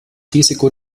risiko